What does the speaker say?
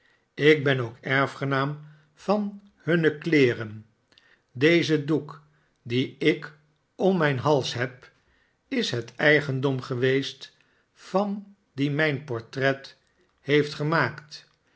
ik ben ook erfgenaam van hunne kleeren deze doek dien ik om mijn hals heb is het eigendom geweest van die mijn portret heeft gemaakt